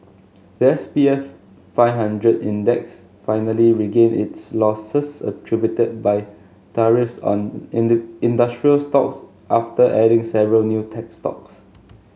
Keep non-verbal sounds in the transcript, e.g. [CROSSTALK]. the S P F five hundred Index finally regained its losses attributed by tariffs on [UNINTELLIGIBLE] industrial stocks after adding several new tech stocks